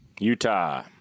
Utah